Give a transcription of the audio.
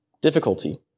difficulty